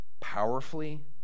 powerfully